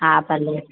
हा भले